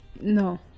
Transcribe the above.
no